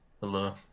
Hello